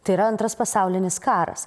tai yra antras pasaulinis karas